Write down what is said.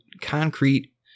concrete